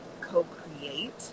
co-create